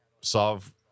solve